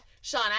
Sean